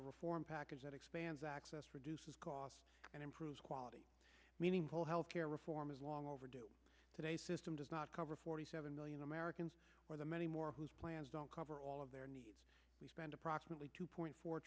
a reform package that expands access reduces cost and improves quality meaningful health care reform is long overdue today system does not cover forty seven million americans many more whose plans don't cover all of their needs we spend approximately two point four